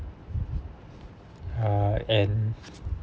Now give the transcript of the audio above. uh and